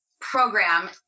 program